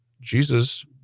Jesus